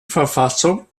verfassung